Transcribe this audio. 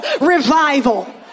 revival